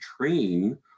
train